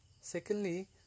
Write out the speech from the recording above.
Secondly